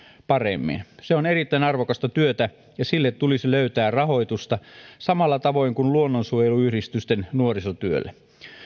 paremmin se on erittäin arvokasta työtä ja sille tulisi löytää rahoitusta samalla tavoin kuin luonnonsuojeluyhdistysten nuorisotyölle